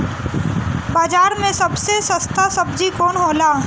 बाजार मे सबसे सस्ता सबजी कौन होला?